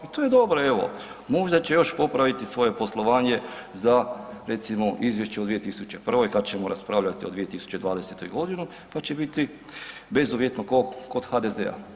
I to je dobro, evo možda će još popraviti svoje poslovanje za recimo izvješće u 2021. kad ćemo raspravljati o 2020.g., pa će biti bezuvjetno kao kod HDZ-a.